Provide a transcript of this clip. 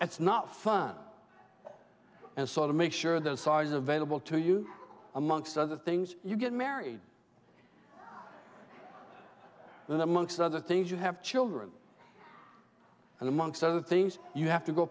it's not fun and so to make sure the size available to you amongst other things you get married and amongst other things you have children and amongst other things you have to go